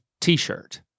t-shirt